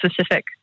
specific